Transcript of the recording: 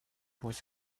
with